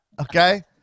Okay